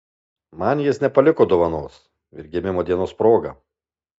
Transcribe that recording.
man jis nepaliko dovanos ir gimimo dienos proga